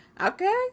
okay